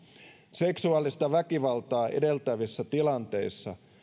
seksuaalista väkivaltaa edeltävissä tilanteissa